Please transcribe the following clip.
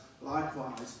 likewise